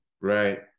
right